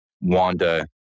wanda